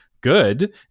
good